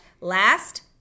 last